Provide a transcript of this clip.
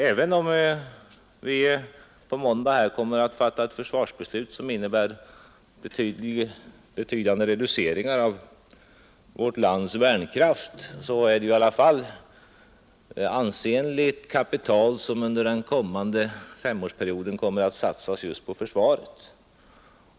Även om vi på måndag kommer att fatta ett försvarsbeslut som innebär betydande reduceringar av vårt lands värnkraft är det i alla fall ett ansenligt kapital som under den kommande femårsperioden kommer att satsas just på försvaret.